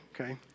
Okay